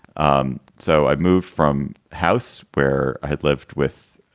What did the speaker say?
um so i moved from house where i had lived with